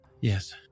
yes